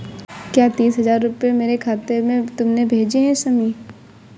क्या तीस हजार रूपए मेरे खाते में तुमने भेजे है शमी?